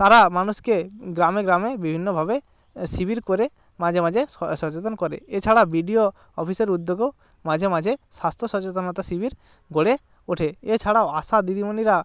তারা মানুষকে গ্রামে গ্রামে বিভিন্নভাবে শিবির করে মাঝে মাঝে সচেতন করে এছাড়া বিডিও অফিসের উদ্যোগেও মাঝে মাঝে স্বাস্থ্য সচেতনতা শিবির গড়ে ওঠে এছাড়াও আশা দিদিমণিরা